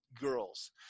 girls